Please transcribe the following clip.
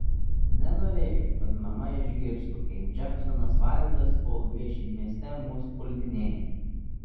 nenorėjau kad mama išgirstų kaip džeksonas vaildas kol vieši mieste mus puldinėja